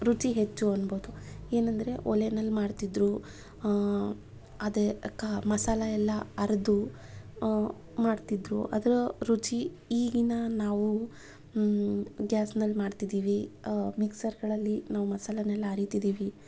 ರುಚಿ ಹೆಚ್ಚು ಅನ್ಬೋದು ಏನಂದರೆ ಒಲೆನಲ್ಲಿ ಮಾಡ್ತಿದ್ರು ಅದೇ ಕ ಮಸಾಲೆ ಎಲ್ಲ ಅರೆದು ಮಾಡ್ತಿದ್ರು ಅದರ ರುಚಿ ಈಗಿನ ನಾವು ಗ್ಯಾಸ್ನಲ್ಲಿ ಮಾಡ್ತಿದ್ದೀವಿ ಮಿಕ್ಸರ್ಗಳಲ್ಲಿ ನಾವು ಮಸಾಲೆನ್ನೆಲ್ಲ ಅರಿತಿದ್ದೀವಿ